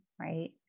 right